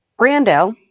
Brando